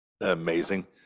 Amazing